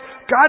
God